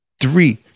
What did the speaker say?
Three